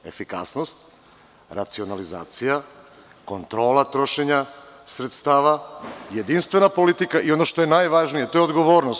Efikasnost, racionalizacija, kontrola trošenja sredstava, jedinstvena politika i ono što je najvažnije to je odgovornost.